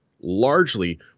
largely